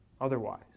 otherwise